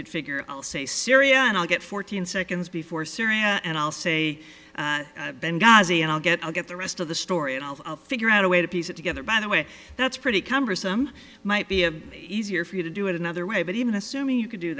you'd figure i'll say syria and i'll get fourteen seconds before syria and i'll say benghazi and i'll get i'll get the rest of the story and i'll figure out a way to piece it together by the way that's pretty cumbersome might be of easier for you to do it another way but even assuming you can do